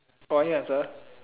orh need answer